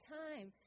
time